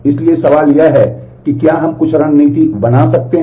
इसलिए सवाल यह है कि क्या हम कुछ रणनीति बना सकते हैं